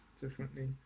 differently